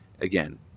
again